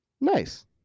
Nice